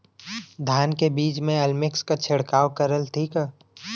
धान के बिज में अलमिक्स क छिड़काव करल ठीक ह?